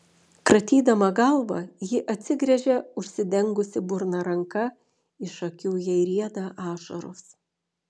kratydama galvą ji atsigręžia užsidengusi burną ranka iš akių jai rieda ašaros